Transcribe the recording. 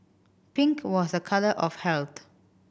pink was a colour of health